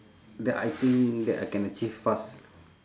that I think that I can achieve fast